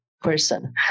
person